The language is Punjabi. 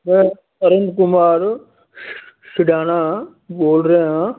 ਮੈਂ ਪਰਮ ਕੁਮਾਰ ਸਡਾਣਾ ਬੋਲ ਰਿਹਾ